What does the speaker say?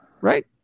right